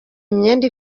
imyenda